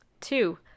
Two